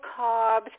carbs